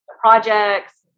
projects